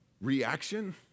reaction